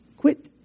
Quit